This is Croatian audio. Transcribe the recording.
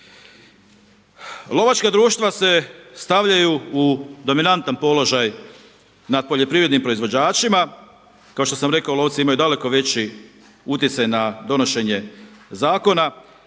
Lovačka društva se stavljaju u dominantan položaj nad poljoprivrednim proizvođačima, kao što sam rekao lovci imaju daleko već utjecaj na donošenje zakona,